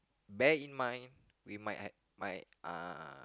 bear in mind we might have might uh